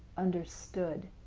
understood.